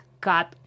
God